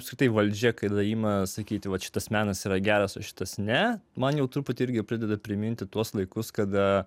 apskritai valdžia kai jinai ima sakyti vat šitas menas yra geras o šitas ne man jau truputį irgi pradeda priminti tuos laikus kada